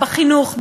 בחינוך,